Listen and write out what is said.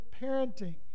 parenting